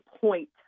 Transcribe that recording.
point